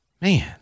Man